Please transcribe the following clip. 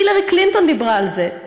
הילרי קלינטון דיברה על זה,